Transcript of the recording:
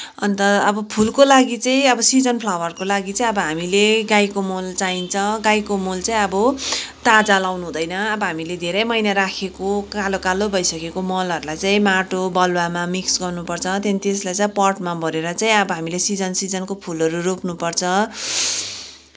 अन्त अब फुलको लागि चाहिँ अब सिजन फ्लावरको लागि चाहिँ अब हामीले गाईको मल चाहिन्छ गाईको मल चाहिँ अब ताजा लगाउनु हुँदैन अब हामीले धेरै महिना राखेको कालो कालो भइसकेको मलहरूलाई चाहिँ माटो बलुवामा मिक्स गर्नुपर्छ त्यहाँदेखि त्यसलाई चाहिँ अब पटमा भरेर चाहिँ अब हामीले सिजन सिजनको फुलहरू रोप्नुपर्छ